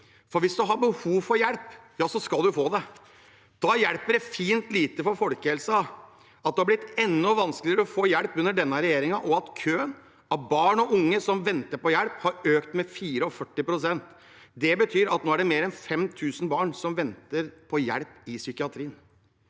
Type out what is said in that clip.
for hvis man har behov for hjelp, skal man få det. Da hjelper det fint lite for folkehelsen at det har blitt enda vanskeligere å få hjelp under denne regjeringen, og at køen av barn og unge som venter på hjelp, har økt med 44 pst. Det betyr at det nå er mer enn 5 000 barn som venter på hjelp i psykiatrien.